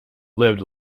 lived